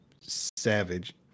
savage